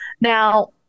Now